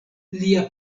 lia